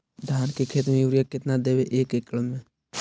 धान के खेत में युरिया केतना देबै एक एकड़ में?